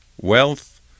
wealth